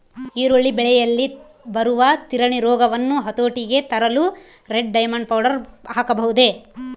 ಈರುಳ್ಳಿ ಬೆಳೆಯಲ್ಲಿ ಬರುವ ತಿರಣಿ ರೋಗವನ್ನು ಹತೋಟಿಗೆ ತರಲು ರೆಡ್ ಡೈಮಂಡ್ ಪೌಡರ್ ಹಾಕಬಹುದೇ?